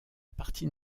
partie